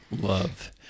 Love